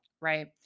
right